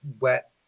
wet